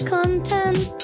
content